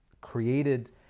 created